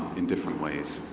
in different ways.